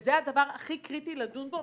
וזה הדבר הכי קריטי לדון בו.